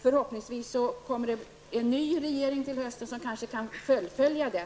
Förhoppningsvis kommer det en ny regering till hösten, som kanske kan fullfölja den.